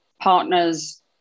Partners